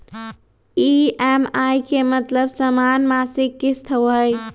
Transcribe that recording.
EMI के मतलब समान मासिक किस्त होहई?